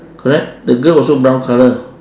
correct the girl also brown colour